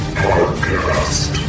podcast